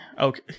okay